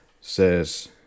says